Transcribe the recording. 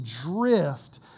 drift